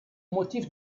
motif